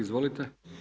Izvolite.